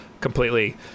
completely